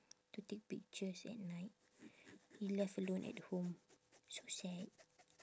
to take pictures at night he left alone at home so sad